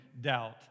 doubt